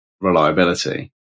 reliability